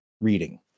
reading